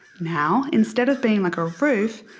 now, instead of being like a roof,